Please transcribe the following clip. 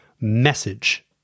message